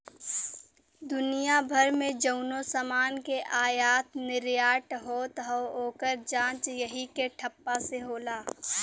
दुनिया भर मे जउनो समान के आयात निर्याट होत हौ, ओकर जांच यही के ठप्पा से होला